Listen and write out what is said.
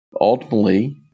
Ultimately